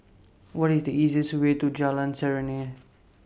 What IS The easiest Way to Jalan Serene